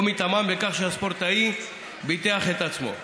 או מטעמם בכך שהספורטאי ביטח את עצמו.